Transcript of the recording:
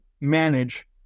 manage